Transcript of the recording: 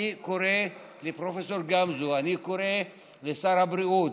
אני קורא לפרופ' גמזו, אני קורא לשר הבריאות,